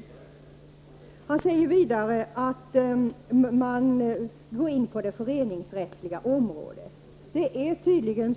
Sören Lekberg säger vidare att den föreslagna lagstiftningen går in på det föreningsrättsliga området. Sören Lekberg har tydligen